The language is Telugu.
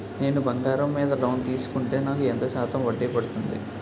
నేను బంగారం మీద లోన్ తీసుకుంటే నాకు ఎంత శాతం వడ్డీ పడుతుంది?